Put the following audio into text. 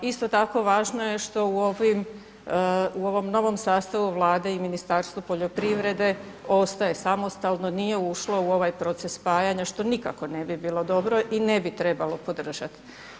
Isto tako važno je što u ovom novom sastavu Vlade i Ministarstvo poljoprivrede, ostaje samostalno, nije ušlo u ovaj proces spajanja što nikako ne bi bilo dobro i ne bi trebalo podržat.